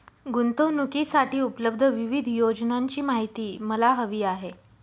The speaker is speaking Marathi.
गुंतवणूकीसाठी उपलब्ध विविध योजनांची माहिती मला हवी आहे